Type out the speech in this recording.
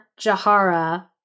Jahara